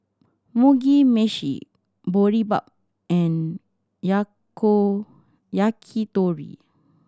Mugi Meshi Boribap and Yakitori